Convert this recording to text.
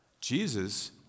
Jesus